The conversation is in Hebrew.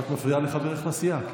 אבל את מפריעה לחברך לסיעה.